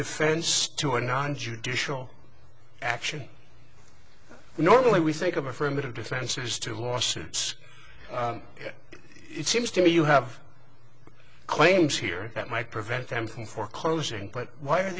defense to a non judicial action normally we think of affirmative defenses to lawsuits it seems to me you have claims here that might prevent them from foreclosing but why are